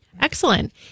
Excellent